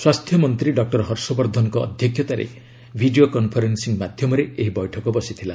ସ୍ପାସ୍ଥ୍ୟ ମନ୍ତ୍ରୀ ଡକୁର ହର୍ଷବର୍ଦ୍ଧନଙ୍କ ଅଧ୍ୟକ୍ଷତାରେ ଭିଡ଼ିଓ କନଫରେନ୍ନିଂ ମାଧ୍ୟମରେ ଏହି ବୈଠକ ବସିଥିଲା